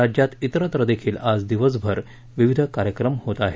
राज्यात इतरत्र देखील आज दिवसभर विविध कार्यक्रम होत आहेत